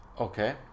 Okay